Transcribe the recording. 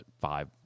five